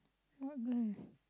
what girl